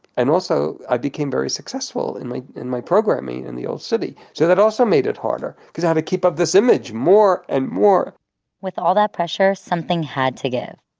and also i became very successful in my in my programming in the old city, so that also made it harder, because i had to keep up this image, more and more with all that pressure, something had to give.